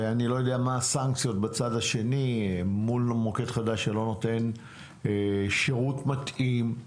אני לא יודע מה הסנקציות בצד השני מול מוקד חדש שלא נותן שירות מתאים.